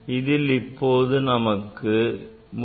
இதில் இப்போது நமக்கு 35